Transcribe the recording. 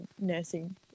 nursing